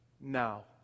now